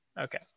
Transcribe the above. Okay